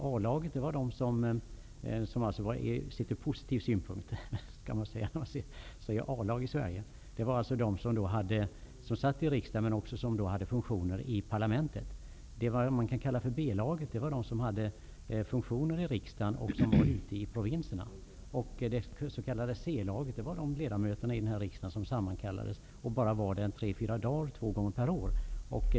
A-laget -- dvs. i positiv mening, det måste man säga när man säger A-lag i Sverige -- var de som satt i riksdagen, men som också hade funktioner i parlamentet. B-laget var de som hade funktioner i riksdagen och som var ute i provinserna. C-laget var de ledamöter i riksdagen som sammankallades och bara var där tre, fyra dagar två gånger per år.